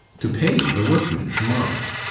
to pay the workmen to-morrow.